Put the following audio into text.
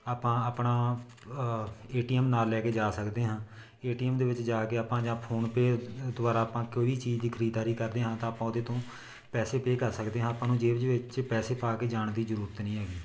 ਆਪਾਂ ਆਪਣਾ A T M ਨਾਲ ਲੈ ਕੇ ਜਾ ਸਕਦੇ ਹਾਂ ਏ ਟੀ ਐੱਮ ਦੇ ਵਿੱਚ ਜਾ ਕੇ ਆਪਾਂ ਜਾਂ ਫੋਨ ਪੇ ਦੁਬਾਰਾ ਆਪਾਂ ਕੋਈ ਚੀਜ਼ ਦੀ ਖਰੀਦਾਰੀ ਕਰਦੇ ਹਾਂ ਤਾਂ ਆਪਾਂ ਉਹਦੇ ਤੋਂ ਪੈਸੇ ਪੇ ਕਰ ਸਕਦੇ ਹਾਂ ਆਪਾਂ ਨੂੰ ਜੇਬ ਵਿੱਚ ਪੈਸੇ ਪਾ ਕੇ ਜਾਣ ਦੀ ਜ਼ਰੂਰਤ ਨਹੀਂ ਹੈਗੀ